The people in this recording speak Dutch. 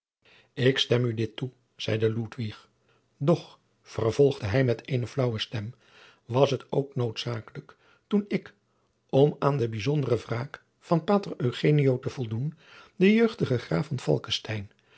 ik stem u dit toe zeide ludwig doch vervolgde hij met eene flaauwe stem was het ook noodzakelijkheid toen ik om aan de bijzondere wraak van pater eugenio te voldoen den jeugdigen graaf